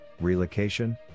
relocation